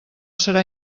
serà